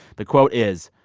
the quote is,